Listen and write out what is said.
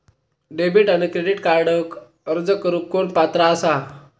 Debit आणि credit कार्डक अर्ज करुक कोण पात्र आसा?